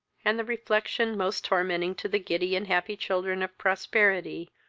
and the reflection most tormenting to the giddy and happy children of prosperity,